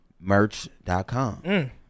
merch.com